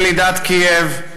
ילידת קייב,